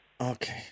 Okay